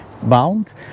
bound